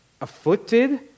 Afflicted